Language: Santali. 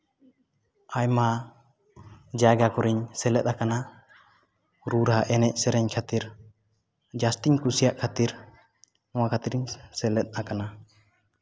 ᱟᱭᱢᱟ ᱡᱟᱭᱜᱟ ᱠᱚᱨᱮᱧ ᱥᱮᱞᱮᱫ ᱟᱠᱟᱱᱟ ᱨᱩ ᱨᱟᱦᱟ ᱮᱱᱮᱡ ᱥᱮᱨᱮᱧ ᱠᱷᱟᱹᱛᱤᱨ ᱡᱟᱹᱥᱛᱤᱧ ᱠᱩᱥᱤᱭᱟᱜ ᱠᱷᱟᱹᱛᱤᱨ ᱱᱚᱣᱟ ᱠᱷᱟᱹᱛᱤᱨᱤᱧ ᱥᱮᱞᱮᱫ ᱟᱠᱟᱱᱟ